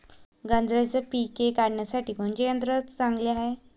गांजराचं पिके काढासाठी कोनचे यंत्र चांगले हाय?